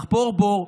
לחפור בור,